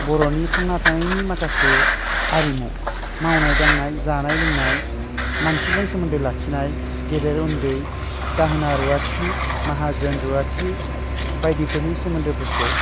बर'नि थांना थानायनि माखासे आरिमु मावनाय दांनाय जानाय लोंनाय मानसिजों सोमोन्दो लाखिनाय गेदेर उन्दै दाहोना रुवाथि माहाजोन रुवाथि बायदिफोरनि सोमोन्दोफोरखौ